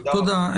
תודה לכם.